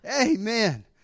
Amen